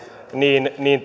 niin niin